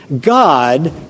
God